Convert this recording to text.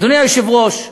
אדוני היושב-ראש,